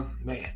man